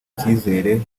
ikizere